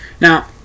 Now